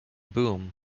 boom